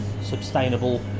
sustainable